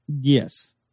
Yes